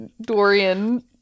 dorian